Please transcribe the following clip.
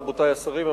רבותי השרים,